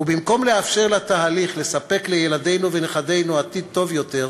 ובמקום לאפשר לתהליך לספק לילדינו ולנכדינו עתיד טוב יותר,